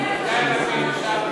הופמן.